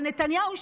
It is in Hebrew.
אבל נתניהו,